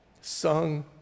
sung